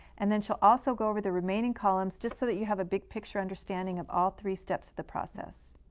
and then she'll also go over the remaining columns just so that you have a big-picture understanding of all three steps of the process.